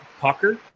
pucker